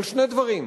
על שני דברים.